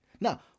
Now